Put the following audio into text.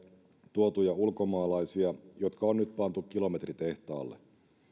tuotuja ulkomaalaisia jotka on nyt pantu kilometritehtaalle